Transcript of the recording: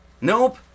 nope